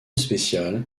spéciale